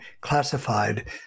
classified